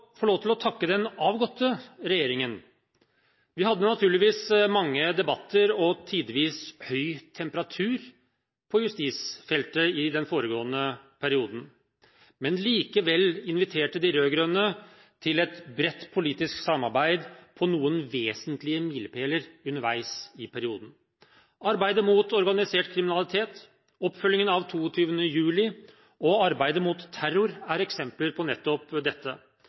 få lov til å takke den avgåtte regjeringen. Vi hadde naturligvis mange debatter og tidvis høy temperatur på justisfeltet i den foregående perioden. Men likevel inviterte de rød-grønne til et bredt politisk samarbeid på noen vesentlige milepæler underveis i perioden. Arbeidet mot organisert kriminalitet, oppfølgingen av 22. juli og arbeidet mot terror er eksempler på nettopp dette.